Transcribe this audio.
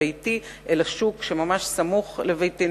מביתי אל השוק שממש סמוך לביתי,